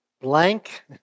blank